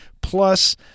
plus